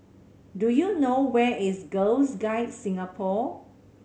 do you know where is Girl's Guides Singapore